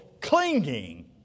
clinging